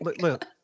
Look